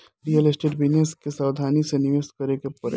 real estate business में सावधानी से निवेश करे के पड़ेला